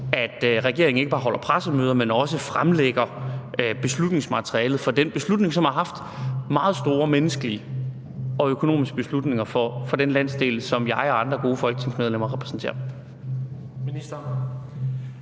at regeringen ikke bare holder pressemøder, men også fremlægger beslutningsmaterialet for den beslutning, som har haft meget store menneskelige og økonomiske konsekvenser for den landsdel, som jeg og andre gode folketingsmedlemmer repræsenterer.